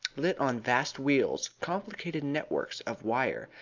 lit on vast wheels, complicated networks of wire,